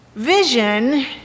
Vision